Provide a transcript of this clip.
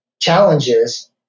challenges